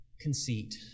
conceit